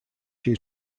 due